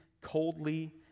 coldly